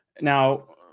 now